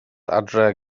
adre